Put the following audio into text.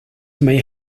may